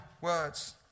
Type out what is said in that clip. words